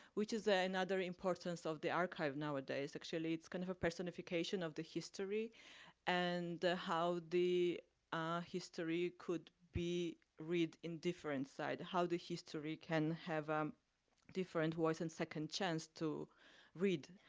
which is ah another importance of the archive nowadays. actually it's kind of a personification of the history and how the history could be read in different side, how the history can have a different voice and second chance to read.